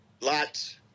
Lots